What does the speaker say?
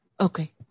Okay